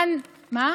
למה?